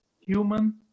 human